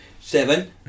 Seven